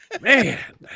Man